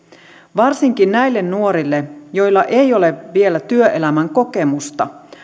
varsinkin näille nuorille joilla ei ole vielä työelämän kokemusta